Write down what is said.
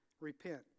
Repent